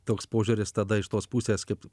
toks požiūris tada iš tos pusės kaip